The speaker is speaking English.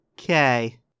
Okay